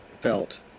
Felt